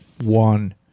one